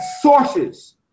sources